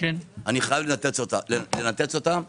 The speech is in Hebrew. אני חייב לנתץ אותה.